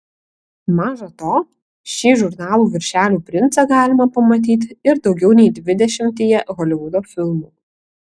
maža to šį žurnalų viršelių princą galima pamatyti ir daugiau nei dvidešimtyje holivudo filmų